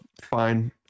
fine